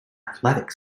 athletic